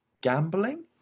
gambling